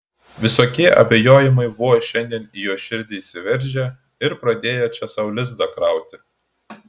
visokie abejojimai buvo šiandien į jos širdį įsiveržę ir pradėję čia sau lizdą krauti